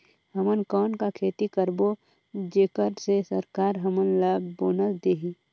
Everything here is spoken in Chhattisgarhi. हमन कौन का खेती करबो जेकर से सरकार हमन ला बोनस देही?